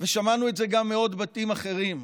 ושמענו את זה גם מעוד בתים אחרים.